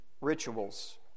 rituals